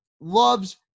loves